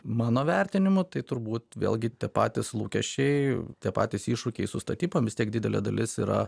mano vertinimu tai turbūt vėlgi tie patys lūkesčiai tie patys iššūkiai su statybom vis tiek didelė dalis yra